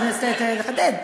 בסדר, לחדד.